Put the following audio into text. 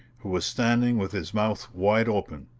who was standing with his mouth wide open.